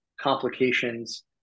complications